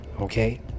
Okay